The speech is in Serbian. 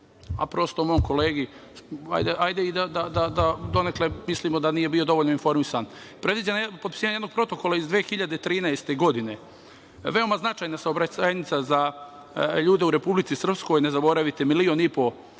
a prosto mom kolegi, hajde da i donekle mislimo da nije bio dovoljno informisan, predviđen je potpisivanjem jednog Protokola iz 2013. godine, veoma značajna saobraćajnica za ljude u Republici Srpskoj, ne zaboravite milio i po